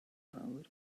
fawr